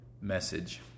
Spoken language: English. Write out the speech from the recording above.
message